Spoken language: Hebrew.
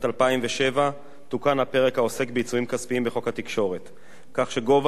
2007 תוקן הפרק העוסק בעיצומים כספיים בחוק התקשורת כך שגובה